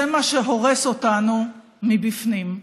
זה מה שהורס אותנו מבפנים.